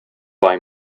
buy